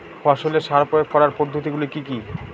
ফসলে সার প্রয়োগ করার পদ্ধতি গুলি কি কী?